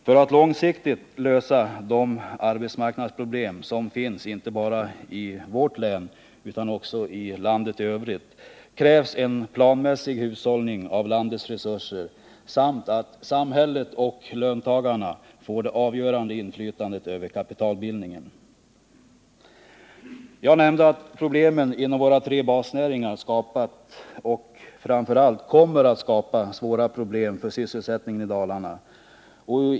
För att långsiktigt lösa de arbetsmarknadsproblem som finns inte bara i vårt län utan också i landet i övrigt krävs en planmässig hushållning med landets resurser samt att samhället och löntagarna får det avgörande inflytandet över kapitalbildningen. Jag nämnde att problemen inom våra tre basnäringar har skapat och framför allt kommer att skapa svåra problem för sysselsättningen i Dalarna.